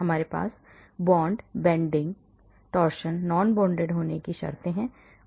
हमारे पास bond bending torsion non bounded होने की शर्तें हैं